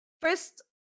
First